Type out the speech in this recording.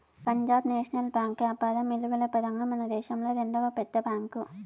Punjab national bank యాపారం ఇలువల పరంగా మనదేశంలో రెండవ పెద్ద బ్యాంక్